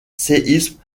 séismes